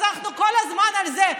אז אנחנו כל הזמן על זה.